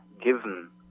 given